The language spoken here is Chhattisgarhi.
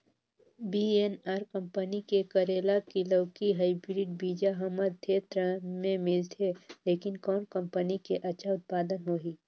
वी.एन.आर कंपनी के करेला की लौकी हाईब्रिड बीजा हमर क्षेत्र मे मिलथे, लेकिन कौन कंपनी के अच्छा उत्पादन होही?